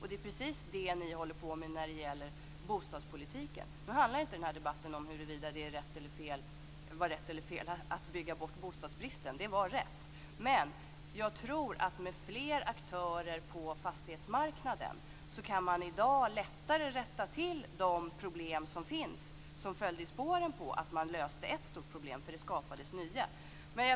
Det är precis det ni håller på med när det gäller bostadspolitiken. Nu handlar inte denna debatt om huruvida det var rätt eller fel att bygga bort bostadsbristen. Det var rätt. Jag tror att man med fler aktörer på fastighetsmarknaden lättare kan rätta till de problem som finns och som följde i spåren på att man löste ett stort problem. Det skapades nya.